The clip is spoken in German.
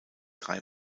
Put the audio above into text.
drei